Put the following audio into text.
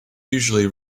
usually